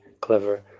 clever